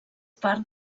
part